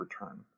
return